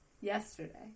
Yesterday